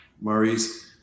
maurice